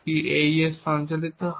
কি AES সঞ্চালিত হয়